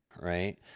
right